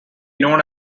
known